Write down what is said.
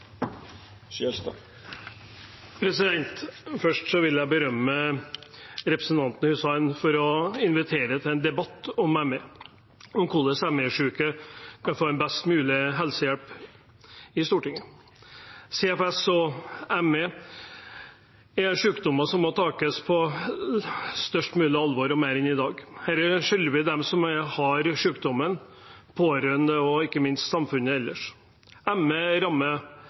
Først vil jeg berømme representanten Hussein for å invitere til en debatt om ME i Stortinget, om hvordan ME-syke får en best mulig helsehjelp. CFS/ME er en sykdom som må tas på størst mulig alvor og mer enn i dag. Dette skylder vi dem som har sykdommen, pårørende og ikke minst samfunnet ellers.